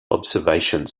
observations